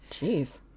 Jeez